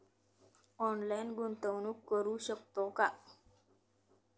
Online गुंतवणूक करू शकतो का?